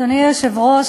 אדוני היושב-ראש,